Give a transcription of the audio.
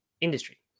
industry